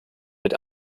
mit